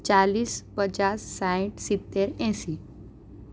ચાલીસ પચાસ સાઠ સિત્તેર એંશી